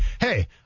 hey